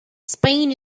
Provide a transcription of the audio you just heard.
spain